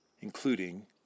including